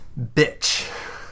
bitch